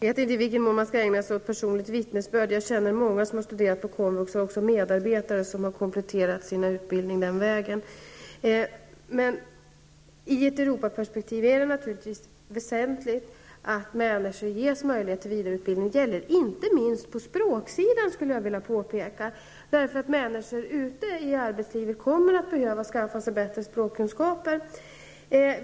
Herr talman! Jag kan lämna ett personligt vittnesbörd. Jag känner många som har studerat på komvux, också medarbetare som har kompletterat sin utbildning den vägen. I ett Europaperspektiv är det naturligtvis väsentligt att människor ges möjlighet till vidareutbildning, inte minst på språksidan, skulle jag vilja påpeka. Människor kommer ute i arbetslivet att behöva förbättra sina språkkunskaper.